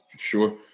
Sure